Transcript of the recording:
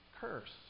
curse